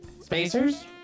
Spacers